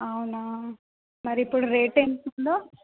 అవునా మరి ఇప్పుడు రేట్ ఎంతుందో